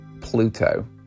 Pluto